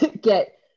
get